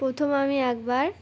প্রথম আমি একবার